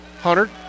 Hunter